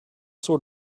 sort